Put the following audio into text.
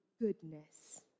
goodness